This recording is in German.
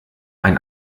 ein